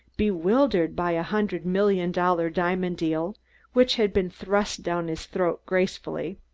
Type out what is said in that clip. bewildered by a hundred-million-dollar diamond deal which had been thrust down his throat gracefully,